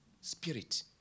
Spirit